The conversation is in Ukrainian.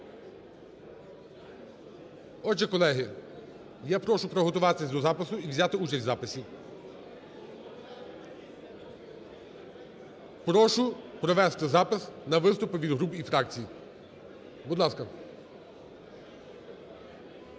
Отже, колеги, я прошу приготуватись до запису і взяти участь у записі. Прошу провести запис на виступи від груп і фракцій. Будь ласка.